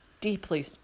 deeply